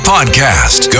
Podcast